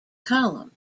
column